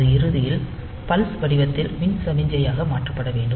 அது இறுதியில் பல்ஸ் வடிவத்தில் மின் சமிக்ஞையாக மாற்றப்பட வேண்டும்